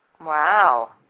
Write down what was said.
wow